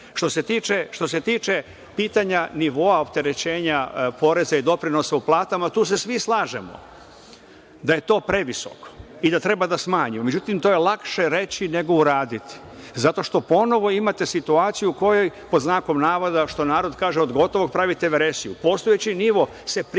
se tiče pitanja nivoa opterećenja poreza i doprinosa u platama, tu se svi slažemo da je to previsoko i da treba da smanjimo. Međutim, to je lakše reći nego uraditi, zato što ponovo imate situaciju u kojoj, pod znakom navoda, što narod kaže – od gotovog pravite veresiju. Postojeći nivo se prihvata